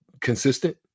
consistent